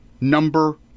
number